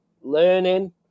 learning